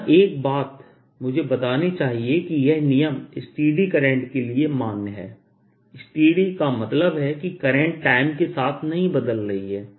यहाँ एक बात मुझे बतानी चाहिए कि यह नियम स्टेडी करंट के लिए ही मान्य है स्टेडी का मतलब है कि करंट टाइम के साथ नहीं बदल रही है